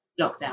lockdown